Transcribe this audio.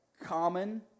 common